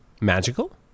magical